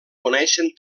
coneixen